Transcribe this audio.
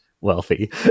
Wealthy